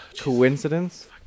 Coincidence